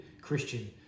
Christian